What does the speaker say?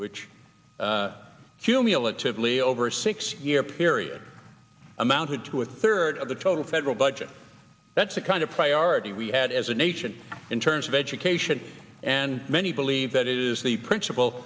cumulatively over a six year period amounted to a third of the total federal budget that's the kind of priority we had as a nation in terms of education and many believe that it is the princip